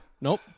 Nope